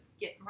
get